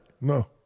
No